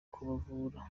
kubavura